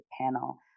panel